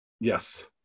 yes